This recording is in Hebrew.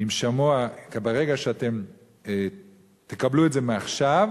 ברגע שאתם תקבלו את זה, מעכשיו